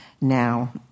now